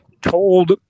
told